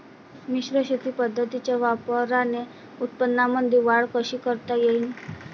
मिश्र शेती पद्धतीच्या वापराने उत्पन्नामंदी वाढ कशी करता येईन?